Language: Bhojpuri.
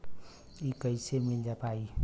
इ कईसे मिल पाई?